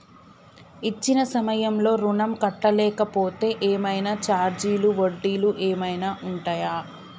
ఇచ్చిన సమయంలో ఋణం కట్టలేకపోతే ఏమైనా ఛార్జీలు వడ్డీలు ఏమైనా ఉంటయా?